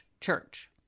church